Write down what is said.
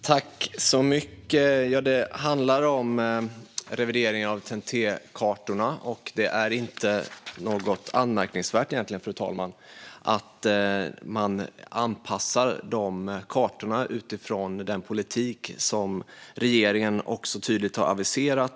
Fru talman! Det handlar om revideringar av TEN-T-kartorna. Det är egentligen inte något anmärkningsvärt att dessa kartor anpassas utifrån den politik som regeringen tydligt har aviserat.